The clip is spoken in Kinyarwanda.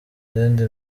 zindi